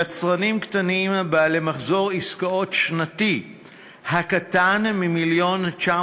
יצרנים קטנים בעלי מחזור עסקאות שנתי הקטן מ-1.95